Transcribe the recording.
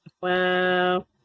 Wow